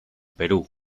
perú